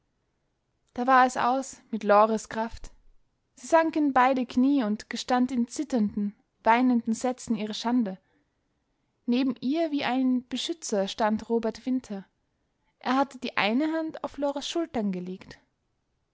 da war es aus mit lores kraft sie sank in beide knie und gestand in zitternden weinenden sätzen ihre schande neben ihr wie ein beschützer stand robert winter er hatte die eine hand auf lores schultern gelegt